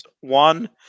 One